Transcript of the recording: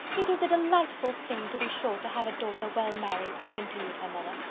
it is a delightful thing, to be sure, to have a daughter well married, continued her mother,